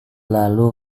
lalu